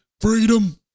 Freedom